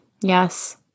Yes